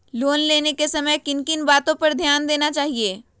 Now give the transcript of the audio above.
Loan लेने के समय किन किन वातो पर ध्यान देना चाहिए?